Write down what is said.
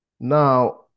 Now